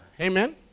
Amen